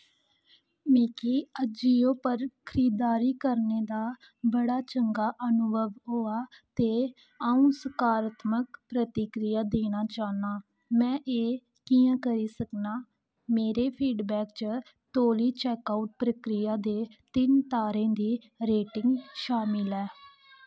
मिगी अजियो पर खरीददारी करने दा बड़ा चंगा अनुभव होआ ते अ'ऊं सकारात्मक प्रतिक्रिया देना चाह्न्नां में एह् कि'यां करी सकनां मेरे फीडबैक च तौली चैक्क आउट प्रक्रिया ते तिन्न तारें दी रेटिंग शामिल ऐ